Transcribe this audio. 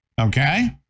Okay